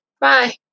Bye